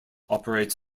operates